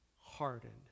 hardened